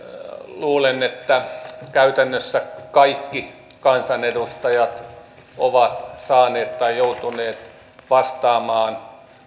luulen että käytännössä kaikki kansanedustajat ovat saaneet vastata tai joutuneet vastaamaan